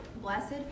Blessed